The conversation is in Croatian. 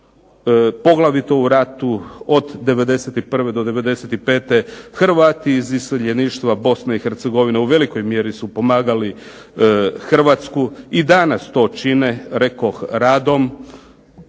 poglavito u ratu od '91. do '95. Hrvati iz iseljeništva Bosne i Hercegovine u velikoj mjeri su pomagali Hrvatsku, i danas to čine, rekoh radom,